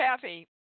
Kathy